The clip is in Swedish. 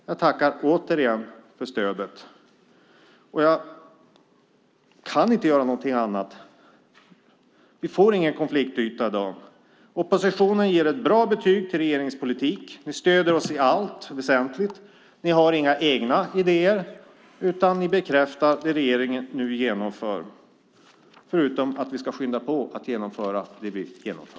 Jag tackar återigen för stödet. Jag kan inte göra någonting annat. Vi får ingen konfliktyta i dag. Oppositionen ger ett bra betyg till regeringens politik. Ni stöder oss i allt väsentligt. Ni har inga egna idéer, utan ni bekräftar det regeringen nu genomför, förutom att ni säger att vi ska skynda på att genomföra det vi genomför.